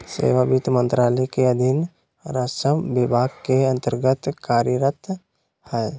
सेवा वित्त मंत्रालय के अधीन राजस्व विभाग के अन्तर्गत्त कार्यरत हइ